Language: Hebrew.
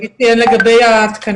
קודם כל רועי ציין לגבי התקנים,